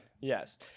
Yes